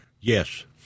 yes